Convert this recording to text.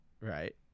right